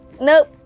nope